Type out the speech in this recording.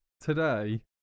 Today